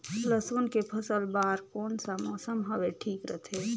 लसुन के फसल बार कोन सा मौसम हवे ठीक रथे?